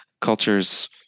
cultures